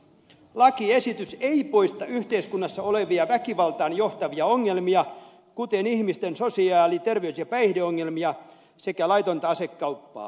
lakiesitys ei poista yhteiskunnassa olevia väkivaltaan johtavia ongelmia kuten ihmisten sosiaali terveys ja päihdeongelmia sekä laitonta asekauppaa